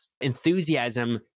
enthusiasm